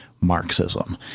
Marxism